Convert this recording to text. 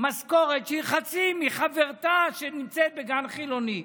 משכורת שהיא חצי משל חברתה שנמצאת בגן חילוני.